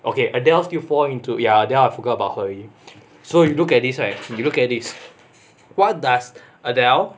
okay adele still fall into ya adele I forgot about her already so if you look at this you look at this what does adele